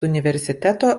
universiteto